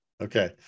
okay